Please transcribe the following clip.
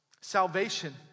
salvation